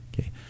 Okay